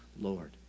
Lord